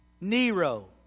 Nero